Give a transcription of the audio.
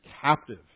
captive